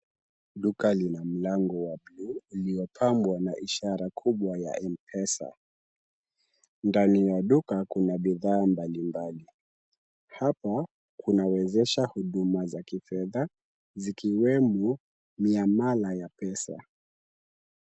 Duka lina mlango wa buluu iloyopambwa na ishara kubwa ya M-pesa. Ndani ya duka kuna bidhaa mbalimbali. Hapo kunawezesha huduma za kifedha zikiwemo miamala ya pesa.